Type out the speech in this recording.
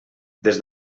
des